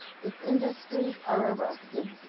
its industries are arrested,